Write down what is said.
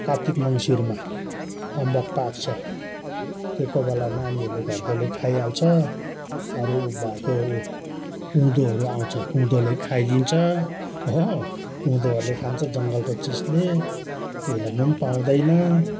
कार्तिक मङ्सिरमा अम्बक पाक्छ त्यही कोही बेला नानीहरूले घरकोले खाइहाल्छ अरू भएको कुदोँहरू आउँछ कुदोँले खाइदिन्छ हो कुदोँहरूले खान्छ जङ्गलको चिजले त्यो हेर्नु पनि पाउँदैन